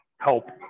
help